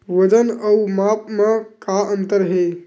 वजन अउ माप म का अंतर हे?